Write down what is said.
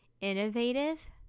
innovative